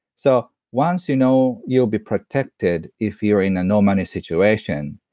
so once you know you'll be protected if you're in a no money situation,